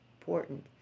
important